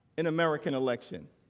and american election.